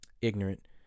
ignorant